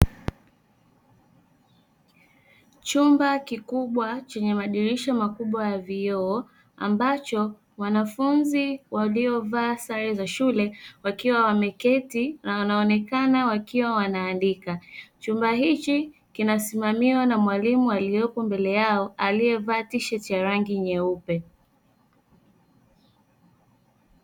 Chumba kikubwa chenye madirisha makubwa ya vioo ambacho wanafunzi waliovaa sare za shule wakiwa wameketi na wanaoneka wakiwa wanaandika. Chumba hichi kinasimamiwa na mwalimu aliyeko mbele yao aliyeaa tisheti ya rangi nyeupe.